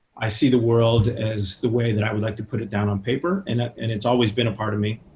i see the world as the way that i would like to put it down on paper, and and it's always been a part of me.